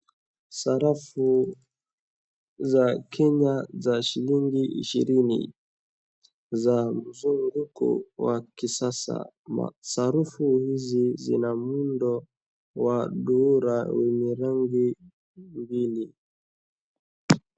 Sarafu za Kenya za shilingi ishirini, za mzunguko wa kisasa, sarufu hizi zina muundo wa duara wenye rangi mbili.